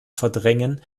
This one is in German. verdrängen